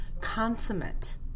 consummate